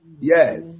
Yes